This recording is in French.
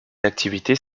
activités